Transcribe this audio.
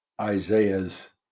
Isaiah's